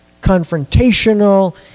confrontational